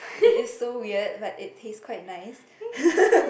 it is so weird but it taste quite nice